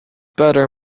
butter